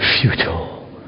futile